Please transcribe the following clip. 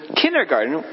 kindergarten